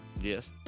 Yes